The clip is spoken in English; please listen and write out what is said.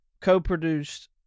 co-produced